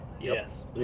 Yes